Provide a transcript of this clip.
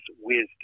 wisdom